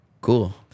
Cool